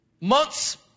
months